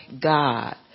God